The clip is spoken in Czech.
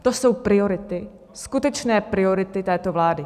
To jsou priority, skutečné priority této vlády.